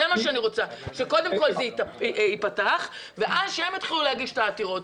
אני רוצה שקודם כל זה ייפתח ואחר כך הם יתחילו להגיש את העתירות.